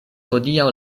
hodiaŭ